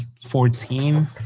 14